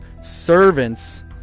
servants